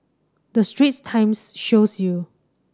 the Straits Times shows you